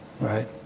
Right